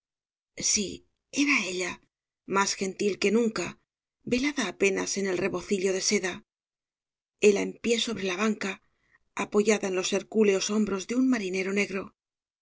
sí era ella más gentil que nunca velada apenas en el rebocillo de seda hela en pie sobre la banca apoyada en los hercúleos hombros de un marinero negro